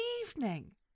evening